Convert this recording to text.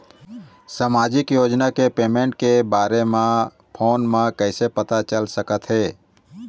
सामाजिक योजना के पेमेंट के बारे म फ़ोन म कइसे पता चल सकत हे?